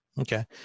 Okay